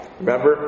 Remember